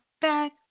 back